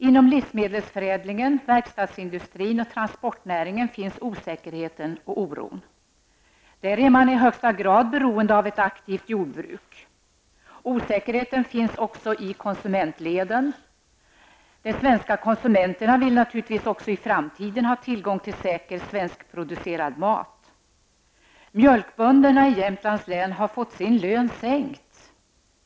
Inom livsmedelsförädlingen, verkstadsindustrin och transportnäringen finns osäkerheten och oron. Där är man i högsta grad beroende av ett aktivt jordbruk. Osäkerheten finns också i konsumentleden. De svenska konsumenterna vill naturligtvis också i framtiden ha tillgång till säker, svenskproducerad mat. Mjölkbönderna i Jämtlands län har fått sin lön sänkt.